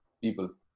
people